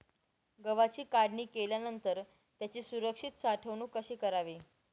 गव्हाची काढणी केल्यानंतर त्याची सुरक्षित साठवणूक कशी करावी?